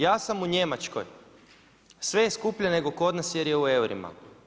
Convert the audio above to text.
Ja sam u Njemačkoj, sve je skuplje, nego kod nas jer je u eurima.